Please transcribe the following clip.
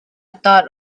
thought